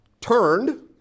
turned